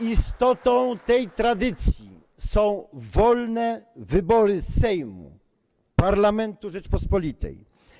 Istotą tej tradycji są wolne wybory Sejmu, parlamentu Rzeczypospolitej.